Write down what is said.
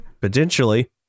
potentially